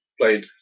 played